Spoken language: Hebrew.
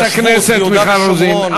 חברת הכנסת מיכל רוזין,